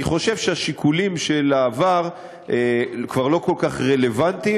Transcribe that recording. אני חושב שהשיקולים של העבר כבר לא כל כך רלוונטיים,